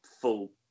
full